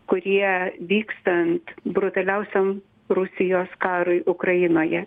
kurie vykstant brutaliausiam rusijos karui ukrainoje